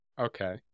Okay